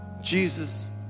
Jesus